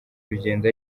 urugendo